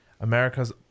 America's